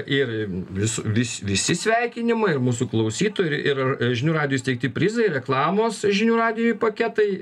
ir vis vis visi sveikinimai ir mūsų klausytojų ir ir žinių radijo įsteigti prizai reklamos žinių radijuj paketai